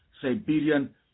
Siberian